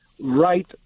right